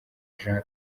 jean